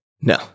No